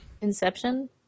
Inception